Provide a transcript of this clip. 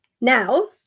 now